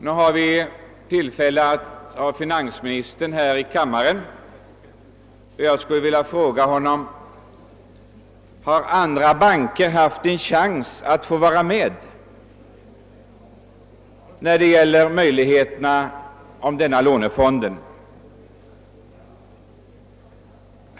Eftersom vi har finansministern närvarande i kammaren, skulle jag vilja fråga honom: Har andra banker haft en chans att vara med när det gäller denna lånefond?